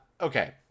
Okay